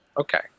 Okay